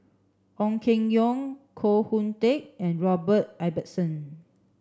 Ong Keng Yong Koh Hoon Teck and Robert Ibbetson